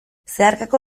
zeharkako